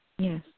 Yes